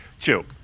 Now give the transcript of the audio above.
Two